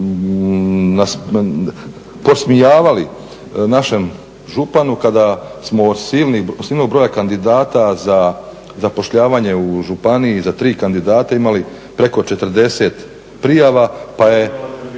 podsmijavali našem županu kada smo silni broj kandidata za zapošljavanje u županiji, za 3 kandidata imali preko 40 prijava pa se,